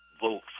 vote